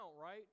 right